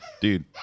Dude